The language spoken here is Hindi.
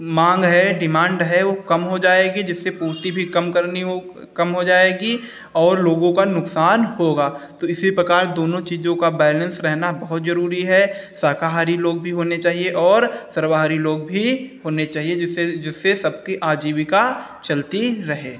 माँग है डिमाण्ड है वो कम हो जाएगी जिससे पूर्ति भी कम करनी हो कम हो जाएगी और लोगों का नुकसान होगा तो इसी प्रकार दोनों चीज़ों का बैलेन्स रहना बहुत ज़रूरी है शाकाहारी लोग भी होने चाहिए और सर्वाहारी लोग भी होने चाहिए जिससे कि जिससे सबकी आजीविका चलती रहे